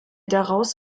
daraus